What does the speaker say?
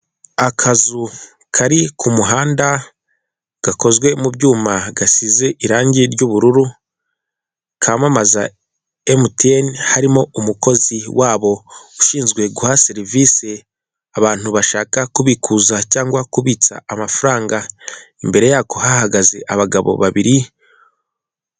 Akazu kari ku muhanda gakozwe mu byuma, gasize irangi ry'ubururu, kamamaza emutiyene, harimo umukozi wabo ushinzwe guha serivisi abantu bashaka kubikuza cyangwa kubitsa amafaranga, imbere yako hahagaze abagabo babiri.